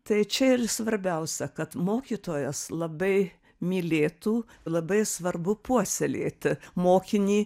tai čia ir svarbiausia kad mokytojas labai mylėtų labai svarbu puoselėti mokinį